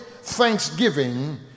thanksgiving